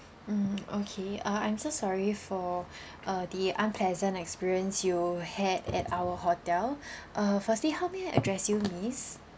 mm okay uh I'm so sorry for uh the unpleasant experience you had at our hotel uh firstly how may I address you miss